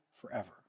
forever